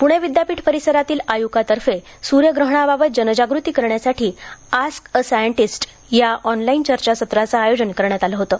पुणे विद्यापीठ परिसरांतील आयुकातर्फे सुर्यग्रहणावावत जनजागृती करण्यासाठी आस्क अ सायंटिस्ट या ऑनलाईन चर्चासत्राचं आयोजन करण्यात आलं होतं